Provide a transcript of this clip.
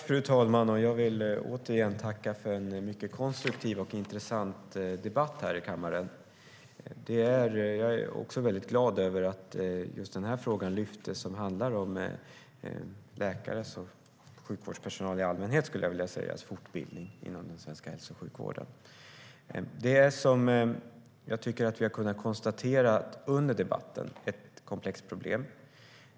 Fru talman! Jag vill återigen tacka för en mycket konstruktiv och intressant debatt här i kammaren. Jag är också väldigt glad över att just den här frågan lyftes som handlar om läkares, och sjukvårdspersonals i allmänhet, skulle jag vilja säga, fortbildning inom den svenska hälso och sjukvården. Det är, som jag tycker att vi har kunnat konstatera under debatten, ett komplext problem.